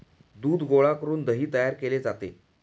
दूध गोळा करून दही तयार केले जाते